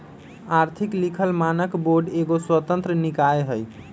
आर्थिक लिखल मानक बोर्ड एगो स्वतंत्र निकाय हइ